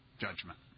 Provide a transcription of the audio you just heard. Judgment